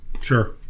Sure